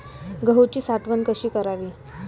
गहूची साठवण कशी करावी?